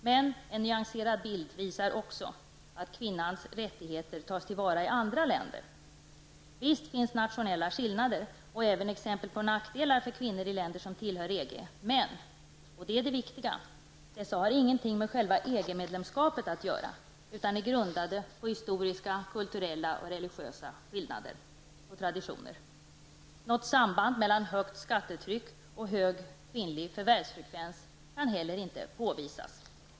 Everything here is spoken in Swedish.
Men en nyanserad bild visar också att kvinnans rättigheter tas till vara i andra länder. Visst finns det nationella skillnader och även exempel på nackdelar för kvinnor i länder som tillhör EG. Men, och detta är det viktiga, dessa skillnader har ingenting med själva EG-medlemskapet att göra utan är grundade på historiska, kulturella och religiösa skillnader och traditioner. Något samband mellan högt skattetryck och hög kvinnlig förvärvsfrekvens kan heller inte påvisas.